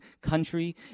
country